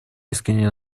искренне